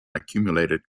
accumulated